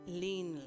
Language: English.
lean